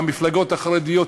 המפלגות החרדיות,